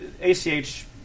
ACH